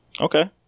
Okay